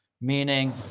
meaning